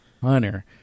Hunter